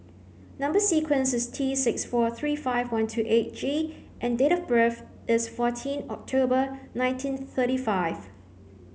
number sequence is T six four three five one two eight G and date of birth is fourteen October nineteen thirty five